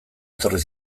etorri